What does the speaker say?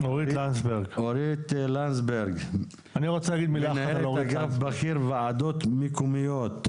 אורית לנדסברג מנהלת אגף בכיר ועדות מקומיות.